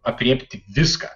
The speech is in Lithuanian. aprėpti viską